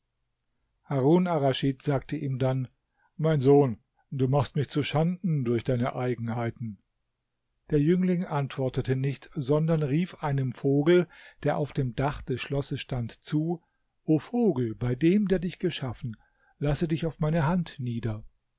harun arraschid sagte ihm dann mein sohn du machst mich zuschanden durch deine eigenheiten der jüngling antwortete nicht sondern rief einem vogel der auf dem dach des schlosses stand zu o vogel bei dem der dich geschaffen lasse dich auf meine hand nieder